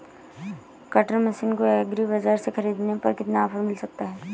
Cutter machine को agri बाजार से ख़रीदने पर कितना ऑफर मिल सकता है?